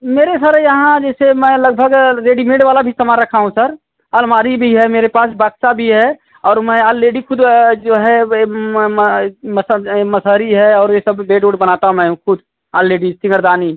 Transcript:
मेरे सर यहाँ जैसे मैं लगभग रेडीमेड वाला भी सामान रखा हूँ सर अलमारी भी है मेरे पास बक्सा भी है और मैं आलरेडी खुद जो है वे मसड़ मसरी है और यह सब बेड ओड बनाता मैं हूँ खुद आलरेडी सिंगरदानी